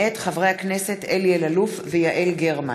מאת חברי הכנסת זהבה גלאון, יוסי יונה,